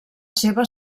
seva